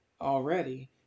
already